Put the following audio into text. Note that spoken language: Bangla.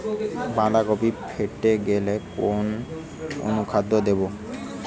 বাঁধাকপি ফেটে গেলে কোন অনুখাদ্য দেবো?